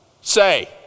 Say